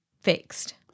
fixed